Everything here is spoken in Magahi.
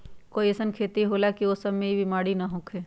कोई अईसन खेती होला की वो में ई सब बीमारी न होखे?